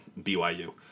BYU